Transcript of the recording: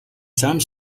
some